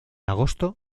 agosto